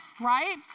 right